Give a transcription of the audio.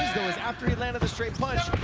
after he landed the straight but